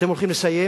אתם הולכים לסיים,